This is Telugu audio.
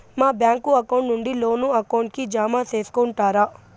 మా బ్యాంకు అకౌంట్ నుండి లోను అకౌంట్ కి జామ సేసుకుంటారా?